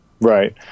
right